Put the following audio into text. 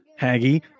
Haggy